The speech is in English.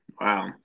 Wow